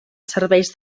serveis